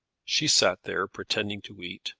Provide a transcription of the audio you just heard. she sat there pretending to eat,